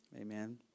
Amen